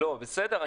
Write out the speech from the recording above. בסדר.